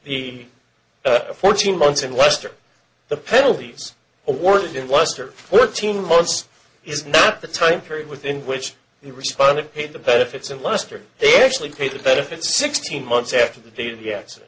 the fourteen months in wester the penalties awarded in western fourteen months is not the time period within which he responded pay the benefits and luster they actually pay the benefits sixteen months after the date of the accident